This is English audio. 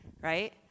right